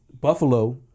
Buffalo